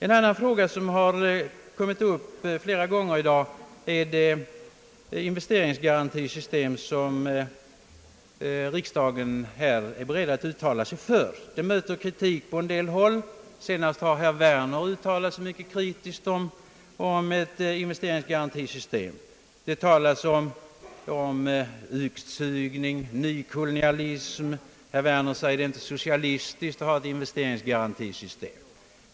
En annan fråga som kommit upp flera gånger i dag är det investeringsgarantisystem riksdagen här är beredd att uttala sig för. Det möter kritik på en del håll. Senast har herr Werner uttalat sig mycket kritiskt om ett investeringsgarantisystem. Det talas om utsugning och nykolonialism. Herr Werner säger att det inte är socialistiskt att ha ett investeringsgarantisystem.